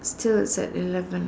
still it's at eleven